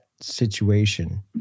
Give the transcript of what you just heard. situation